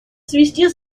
свести